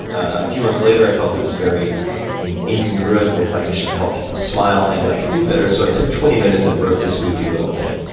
a few months later, i felt it was very incongruent with my vision to help people smile. i knew i could do better, so i took twenty minutes, and wrote this goofy little thing.